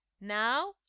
Now